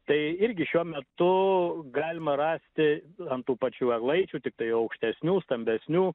tai irgi šiuo metu galima rasti ant tų pačių eglaičių tiktai aukštesnių stambesnių